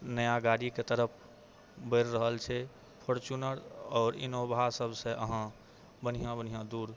नया गाड़ीके तरफ बढ़ि रहल छै फोर्च्युनर आओर इनोवा सबसँ अहाँ बढ़िआँ बढ़िआँ दूर